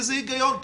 איזה היגיון כאן?